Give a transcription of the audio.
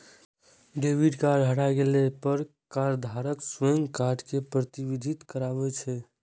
debit card हेरा गेला पर कार्डधारक स्वयं कार्ड कें प्रतिबंधित करबा दै छै